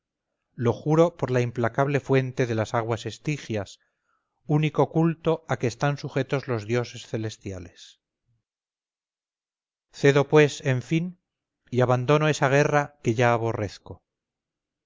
lo juro por la implacable fuente de las aguas estigias único culto a que están sujetos los dioses celestiales cedo pues en fin y abandono esa guerra que ya aborrezco